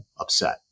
upset